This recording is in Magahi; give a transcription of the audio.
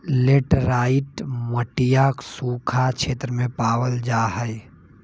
लेटराइट मटिया सूखा क्षेत्र में पावल जाहई